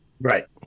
Right